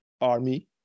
Army